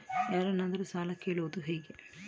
ಯಾರನ್ನಾದರೂ ಸಾಲ ಕೇಳುವುದು ಹೇಗೆ?